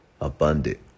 abundant